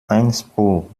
einspruch